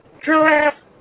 giraffe